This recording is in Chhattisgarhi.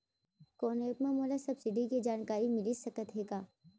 कोनो एप मा मोला सब्सिडी के जानकारी मिलिस सकत हे का?